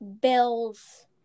Bills